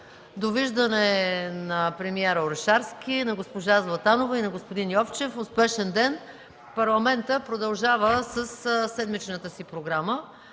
Довиждане на премиера Орешарски, на госпожа Златанова и на господин Йовчев. Успешен ден! Парламентът продължава със седмичната си програма.